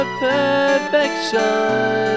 perfection